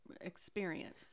experience